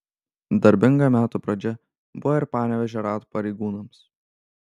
darbinga metų pradžia buvo ir panevėžio raad pareigūnams